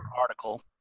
article